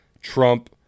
Trump